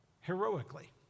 heroically